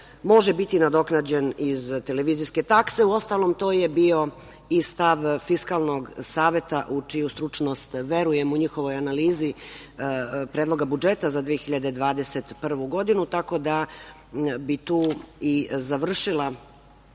može biti nadoknađen iz televizijske takse. Uostalom, to je bio i stav Fiskalnog saveta, u čiju stručnost verujem, u njihovoj analizi Predloga budžeta za 2021. godinu. Tako da, tu bi i završila